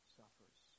suffers